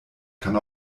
kann